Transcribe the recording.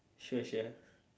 sure sure